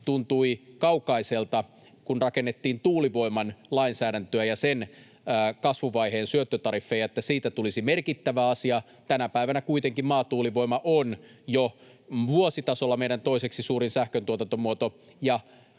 tuntui kaukaiselta, kun rakennettiin tuulivoiman lainsäädäntöä ja sen kasvuvaiheen syöttötariffeja, että siitä tulisi merkittävä asia. Tänä päivänä kuitenkin maatuulivoima on vuositasolla jo meidän toiseksi suurin sähköntuotantomuoto